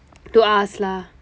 to ask lah